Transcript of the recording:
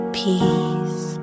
peace